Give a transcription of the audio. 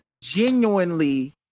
genuinely